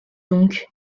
donc